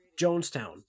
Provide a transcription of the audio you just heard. Jonestown